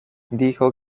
dijo